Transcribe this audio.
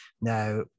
Now